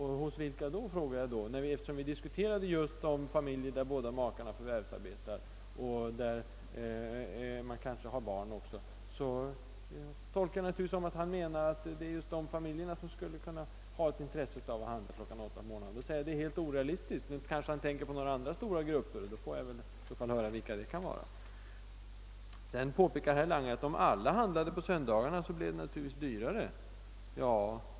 Hos vilka, undrar jag. Eftersom vi diskuterade just sådana familjer där båda makarna förvärvsarbelar och kanske också har barn, tolkar Jag det naturligtvis så alt han menar alt just dessa familjer skulle ha int-esse alt handia kl. § på morgoren. Jag anser att det är helt orealistiskt, men han kanske syftar på andra stora srupper, och då får jag väl höra vilka de kan vara. Herr Lange påpekar också att om alla handlade på söndagar så blev det dyrare.